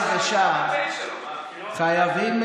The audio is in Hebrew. עכשיו פגעת בקמפיין שלו, אתה מבין?